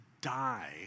die